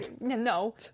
No